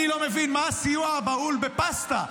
אני לא מבין מה הסיוע הבהול בפסטה,